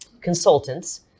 consultants